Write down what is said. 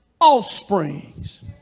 offsprings